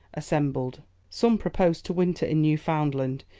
assembled some proposed to winter in newfoundland,